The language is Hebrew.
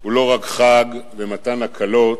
הוא לא רק חג למתן הקלות,